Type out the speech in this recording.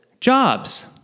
jobs